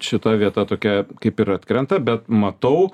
šita vieta tokia kaip ir atkrenta bet matau